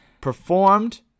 performed